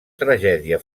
tragèdia